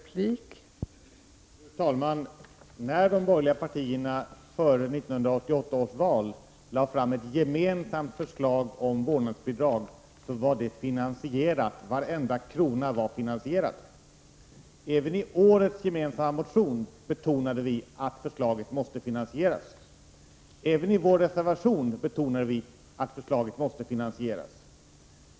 Fru talman! När de borgerliga partierna före 1988 års val lade fram ett gemensamt förslag om vårdnadsbidrag var det finansierat till varje krona. Även i årets gemensamma motion har vi betonat att förslaget måste finansieras. Detsamma har vi gjort i vår reservation.